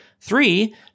Three